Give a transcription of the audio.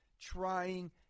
trying